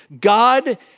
God